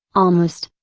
almost,